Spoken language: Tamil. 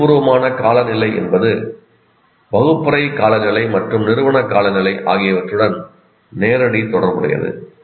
உணர்ச்சிபூர்வமான காலநிலை என்பது வகுப்பறை காலநிலை மற்றும் நிறுவன காலநிலை ஆகியவற்றுடன் நேரடியாக தொடர்புடையது